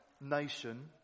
nation